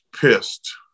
pissed